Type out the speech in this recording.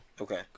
Okay